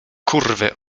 kurwy